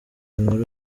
inkuru